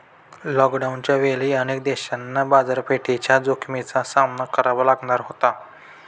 लॉकडाऊनच्या वेळी अनेक देशांना बाजारपेठेच्या जोखमीचा सामना करावा लागला होता